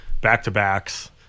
back-to-backs